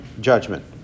judgment